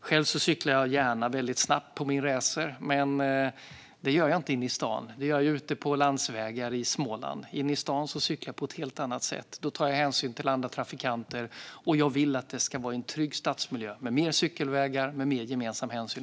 Själv cyklar jag gärna snabbt på min racer, men det gör jag inte i stan utan på landsvägar i Småland. Inne i stan cyklar jag på ett helt annat sätt. Då tar jag hänsyn till andra trafikanter. Jag vill att det ska vara en trygg stadsmiljö med mer cykelvägar och mer gemensam hänsyn.